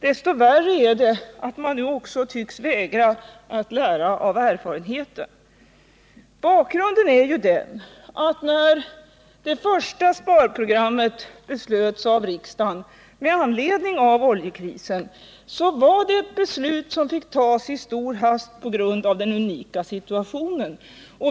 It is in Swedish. Desto värre är det att man nu också tycks vägra att lära av erfarenheten. Bakgrunden är ju den, att när det första sparprogrammet beslöts av riksdagen med anledning av oljekrisen var det ett beslut som fick tas i stor hast på grund av den unika situationen.